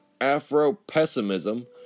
Afro-pessimism